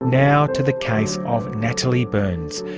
now to the case of natalie byrnes,